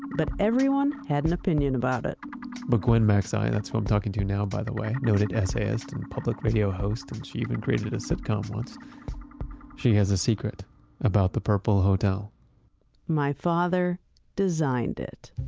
but everyone had an opinion about it but gwen macsai, that's who i'm talking to now, by the way, noted essayist and public radio host, and she even created a sitcom once she has a secret about the purple hotel my father designed it